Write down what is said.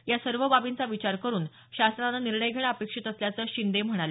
या सर्व बाबींचा विचार करून शासनानं निर्णय घेणं अपेक्षित असल्याचं शिंदे म्हणाले